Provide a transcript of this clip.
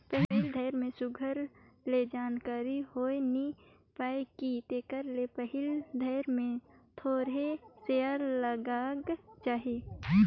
पहिल धाएर में सुग्घर ले जानकारी होए नी पाए कि तेकर ले पहिल धाएर में थोरहें सेयर लगागा चाही